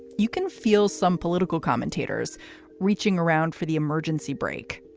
you can feel some political commentators reaching around for the emergency break.